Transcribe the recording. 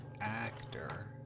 actor